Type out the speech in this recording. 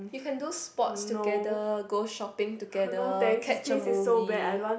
you can do sports together go shopping together catch a movie